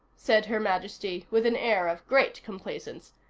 said her majesty with an air of great complacence,